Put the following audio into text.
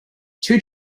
two